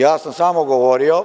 Ja sam samo govorio